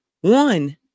one